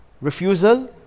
refusal